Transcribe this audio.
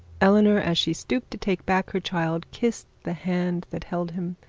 eleanor, as she stooped to take back her child, kissed the hand that held him,